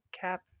cap